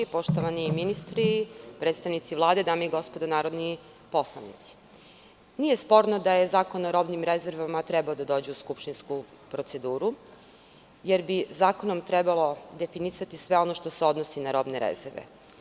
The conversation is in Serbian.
Poštovani ministri, predstavnici Vlade, dame i gospodo narodni poslanici, nije sporno da je Zakon o robnim rezervama trebao da dođe u skupštinsku proceduru jer bi zakonom trebalo definisati sve ono što se odnosi na robne rezerve.